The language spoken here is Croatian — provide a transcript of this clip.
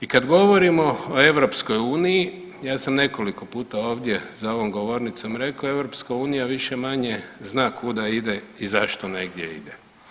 I kad govorimo o EU ja sam nekoliko puta ovdje za ovom govornicom rekao, EU više-manje zna kuda ide i zašto negdje ide.